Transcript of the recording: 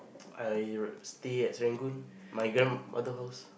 I would stay at Serangoon my grandmother house